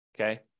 Okay